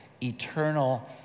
eternal